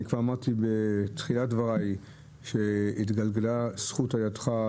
כבר אמרתי בתחילת דבריי שהתגלגלה זכות על ידך,